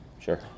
Sure